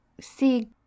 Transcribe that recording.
see